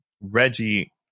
Reggie